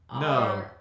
No